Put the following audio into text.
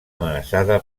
amenaçada